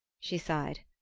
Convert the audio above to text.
she sighed.